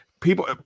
People